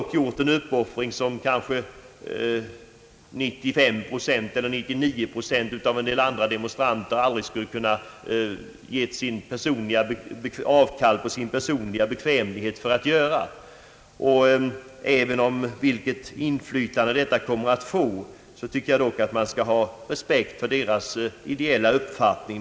Kanske 99 procent av andra demonstranter aldrig skulle ge avkall på sin personliga bekvämlighet för att göra en sådan uppoffring. Vilket inflytande demonstrationen än kommer att få tycker jag att man skall ha respekt för deras ideella uppfattning.